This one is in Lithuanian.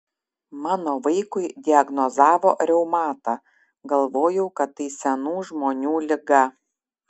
mano vaikui diagnozavo reumatą galvojau kad tai senų žmonių liga